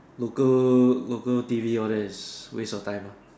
local local T_V all that is waste of time ah